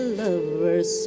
lovers